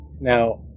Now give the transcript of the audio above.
now